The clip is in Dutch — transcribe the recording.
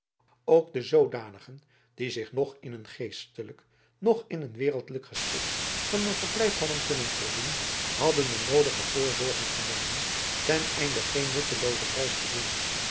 ook de zoodanigen die zich noch in een geestelijk noch in een wereldlijk gesticht van een verblijf hadden kunnen voorzien hadden de noodige voorzorgen genomen ten einde geen nuttelooze reis te doen